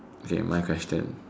okay my question